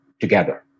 together